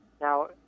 Now